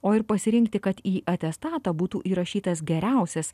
o ir pasirinkti kad į atestatą būtų įrašytas geriausias